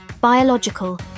biological